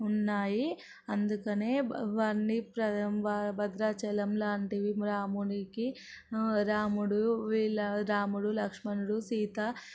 ఉన్నాయి అందుకనే ఇవన్నీ ప్రధం వా భద్రాచలం లాంటివి రామునికి రాముడు వీళ్ళ రాముడు లక్ష్మణుడు సీత